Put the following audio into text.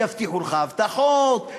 יבטיחו לך הבטחות,